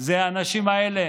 האנשים האלה,